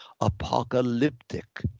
apocalyptic